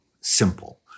simple